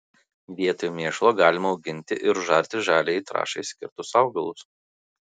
vietoj mėšlo galima auginti ir užarti žaliajai trąšai skirtus augalus